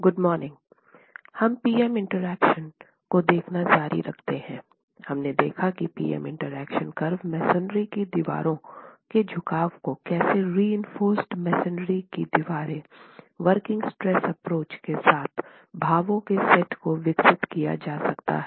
good morning हम P M interaction को देखना जारी रखते हैं हमने देखा की P M interaction curve masonry की दीवारों के झुकाव को कैसे रिइंफोर्समसोनरी की दीवारे वर्किंग स्ट्रेस एप्रोच के साथ भावों के सेट को विकसित किया जा सकता है